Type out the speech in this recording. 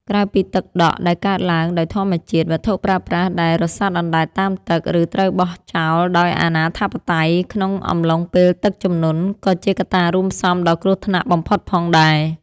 ក្រៅពីទឹកដក់ដែលកើតឡើងដោយធម្មជាតិ វត្ថុប្រើប្រាស់ដែលរសាត់អណ្តែតតាមទឹក ឬត្រូវបោះចោលដោយអនាធិបតេយ្យក្នុងអំឡុងពេលទឹកជំនន់ ក៏ជាកត្តារួមផ្សំដ៏គ្រោះថ្នាក់បំផុតផងដែរ។